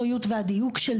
אבל אין לי ויכוח איתך.